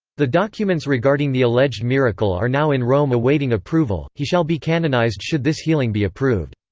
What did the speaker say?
the documents regarding the alleged miracle are now in rome awaiting approval he shall be canonised should this healing be approved.